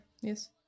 Yes